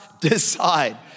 decide